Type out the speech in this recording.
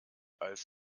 als